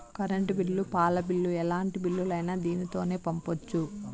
current bill పాల bill ఎలాంటి బిల్లులైనా దీనితోనే పంపొచ్చు